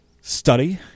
study